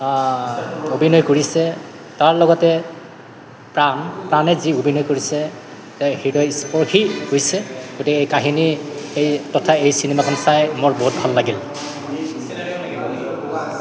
অভিনয় কৰিছে তাৰ লগতে প্ৰাণ প্ৰাণে যি অভিনয় কৰিছে হৃদয় স্পৰ্শী হৈছে গতিকে এই কাহিনী এই তথা এই চিনেমাখন চাই মোৰ বহুত ভাল লাগিল